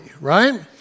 right